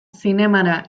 zinemara